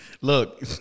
Look